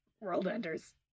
world-enders